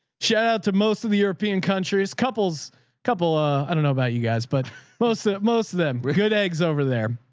shout out to most of the european countries, couples couple, ah i don't know about you guys, but most, ah most of them were good eggs over there.